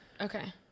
Okay